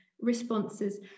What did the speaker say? responses